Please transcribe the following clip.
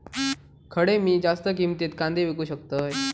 खडे मी जास्त किमतीत कांदे विकू शकतय?